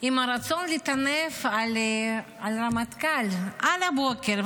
עם הרצון לטנף על הרמטכ"ל על הבוקר,